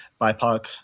bipoc